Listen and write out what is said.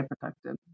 protected